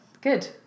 good